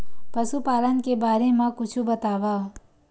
पशुपालन के बारे मा कुछु बतावव?